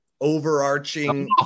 overarching